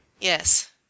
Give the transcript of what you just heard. Yes